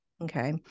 Okay